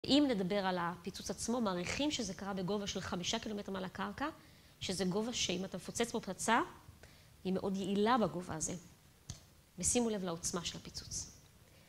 אם נדבר על הפיצוץ עצמו, מעריכים שזה קרה בגובה של חמישה קילומטר מעל הקרקע, שזה גובה שאם אתה פוצץ מפצצה, היא מאוד יעילה בגובה הזו. ושימו לב לעוצמה של הפיצוץ.